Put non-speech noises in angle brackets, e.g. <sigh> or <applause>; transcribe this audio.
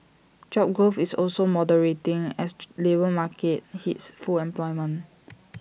job growth is also moderating as <unintelligible> the labour market hits full <noise> employment